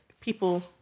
people